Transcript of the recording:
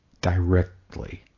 directly